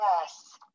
Yes